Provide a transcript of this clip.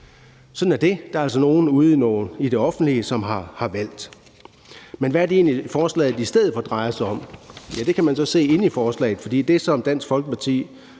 sådan er det. Der er altså nogle ude i det offentlige, som har valgt det. Men hvad er det egentlig, forslaget i stedet for drejer sig om? Det kan man så se inde i forslaget, for det, som Dansk Folkeparti